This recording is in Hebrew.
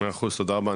100%, תודה רבה.